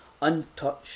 untouched